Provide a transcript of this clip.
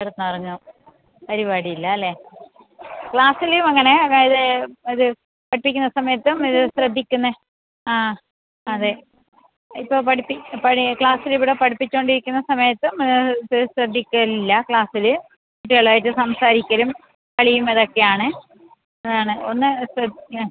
കിടന്നുറങ്ങും പരിപാടി ഇല്ല അല്ലേ ക്ലാസ്സിൽ അങ്ങനെ അതായത് അത് പഠിപ്പിക്കുന്ന സമയത്തും ഇത് ശ്രദ്ധിക്കുന്നത് ആ അതെ ഇപ്പോൾ പഠിപ്പി ക്ലാസ്സിൽ ഇവിടെ പഠിപ്പിച്ചു കൊണ്ട് ഇരിക്കുന്ന സമയത്തും ഇത് ശ്രദ്ധിക്കലില്ല ക്ലാസ്സിൽ കുട്ടികൾ ആയിട്ട് സംസാരിക്കലും കളിയും അത് ഒക്കെ ആണ് ഒന്ന് ശ്രദ്ധിക്കണം